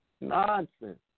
nonsense